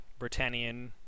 Britannian –